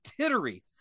tittery